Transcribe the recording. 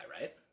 right